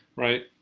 right.